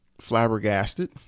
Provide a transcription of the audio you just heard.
flabbergasted